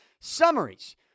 summaries